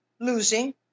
losing